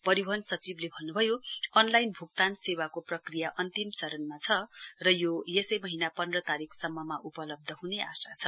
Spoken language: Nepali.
परिवहन सचिवले भन्नुभयो अनलाइन भुक्तान सेवाको प्रक्रिया अन्तिम चरणमा छ र यो यसै महीना पन्ध्र तारीकसम्ममा उपलब्ध हुने आशा छ